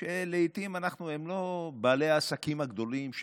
שלעיתים הן לא בעלי העסקים הגדולים,